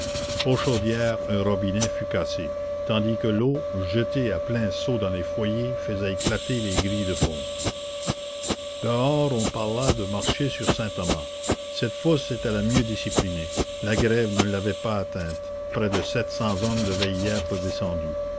aux chaudières un robinet fut cassé tandis que l'eau jetée à pleins seaux dans les foyers faisait éclater les grilles de fonte dehors on parla de marcher sur saint-thomas cette fosse était la mieux disciplinée la grève ne l'avait pas atteinte près de sept cents hommes devaient y être descendus